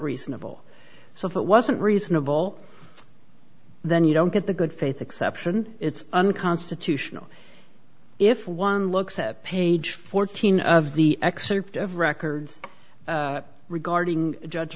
reasonable so if it wasn't reasonable then you don't get the good faith exception it's unconstitutional if one looks at page fourteen of the excerpt of records regarding judge